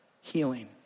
healing